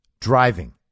Driving